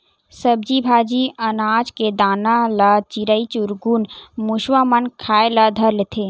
सब्जी भाजी, अनाज के दाना ल चिरई चिरगुन, मुसवा मन खाए ल धर लेथे